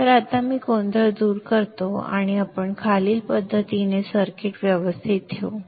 तर आता मी गोंधळ दूर करतो आणि आपण खालील पद्धतीने सर्किट व्यवस्थित ठेवू